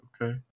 Okay